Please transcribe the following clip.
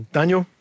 Daniel